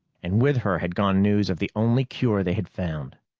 and with her had gone news of the only cure they had found.